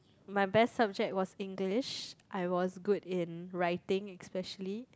my best subject was English I was good in writing especially